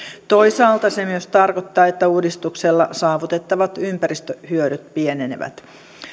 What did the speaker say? toisaalta se myös tarkoittaa että uudistuksella saavutettavat ympäristöhyödyt pienenevät